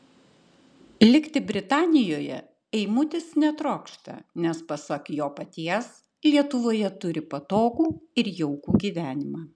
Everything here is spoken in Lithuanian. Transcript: likti britanijoje eimutis netrokšta nes pasak jo paties lietuvoje turi patogų ir jaukų gyvenimą